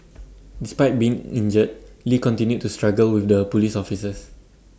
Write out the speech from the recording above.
despite being injured lee continued to struggle with the Police officers